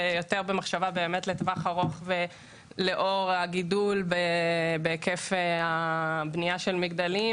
במחשבה לטווח הארוך ולאור הגידול בהיקף הבנייה של מגדלים,